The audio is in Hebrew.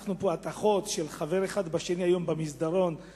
הטחות של חבר אחד בשני היום במסדרון,